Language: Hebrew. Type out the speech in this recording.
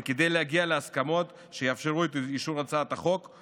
וכדי להגיע להסכמות שיאפשרו את אישור הצעת החוק,